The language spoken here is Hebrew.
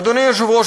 אדוני היושב-ראש,